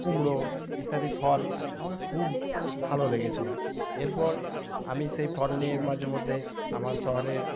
কুমড়ো ইত্যাদি ফল আমাকে খুব ভালো লেগেছিলো এরপর আমি সেই ফল নিয়ে মাঝে মধ্যে আমার শহরের